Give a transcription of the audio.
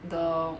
the